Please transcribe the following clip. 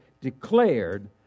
declared